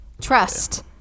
trust